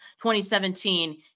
2017